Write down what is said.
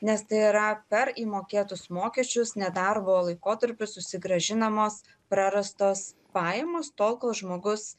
nes tai yra per įmokėtus mokesčius nedarbo laikotarpiu susigrąžinamos prarastos pajamos tol kol žmogus